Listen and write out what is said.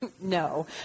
no